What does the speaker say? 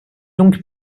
donc